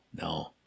no